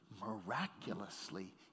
miraculously